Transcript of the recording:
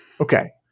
Okay